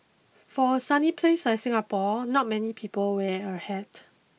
for a sunny place like Singapore not many people wear a hat